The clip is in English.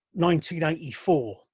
1984